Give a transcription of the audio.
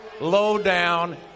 low-down